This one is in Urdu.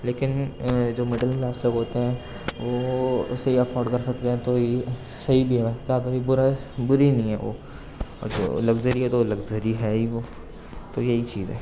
لیکن جو مڈل کلاس لوگ ہوتے ہیں وہ اسے افورڈ کر سکتے ہیں تو یہ صحیح بھی ہے بری نہیں ہے وہ لگژری ہے تو وہ لگژری ہے ہی وہ تو یہی چیز ہے